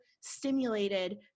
stimulated